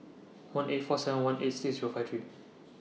one eight four seven one eight six Zero five three